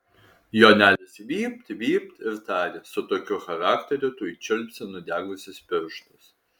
jonelis vypt vypt ir tarė su tokiu charakteriu tuoj čiulpsi nudegusius pirštus